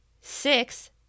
Six